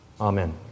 amen